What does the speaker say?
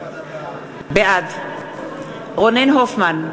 בעד רונן הופמן,